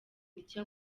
nicyo